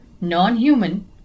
non-human